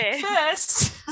first